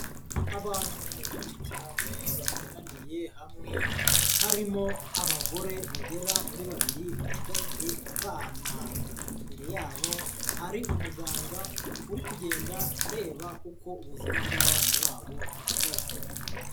Abantu benshi cyane bateraniye hamwe, harimo abagore bagera muri babiri bacigatiye abana. Imbere yabo hari umuganga uri kugenda areba uko ubuzima bw'abana babo buhagaze.